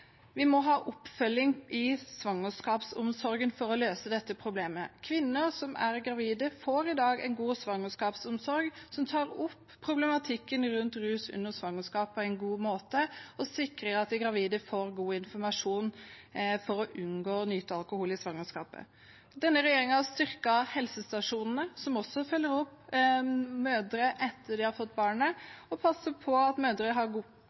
Vi må ha oppfølging i svangerskapsomsorgen for å løse dette problemet. Kvinner som er gravide, får i dag en god svangerskapsomsorg, som tar opp problematikken rundt rus under svangerskap på en god måte og sikrer at den gravide får god informasjon, slik at hun skal unngå å nyte alkohol under svangerskapet. Denne regjeringen har styrket helsestasjonene, som også følger opp mødrene etter at de har fått barn, og passer på at mødrene har god